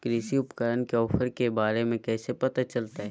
कृषि उपकरण के ऑफर के बारे में कैसे पता चलतय?